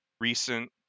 recent